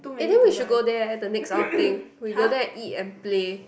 eh then we should go there eh the next outing we go there eat and play